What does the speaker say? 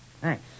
Thanks